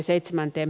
ään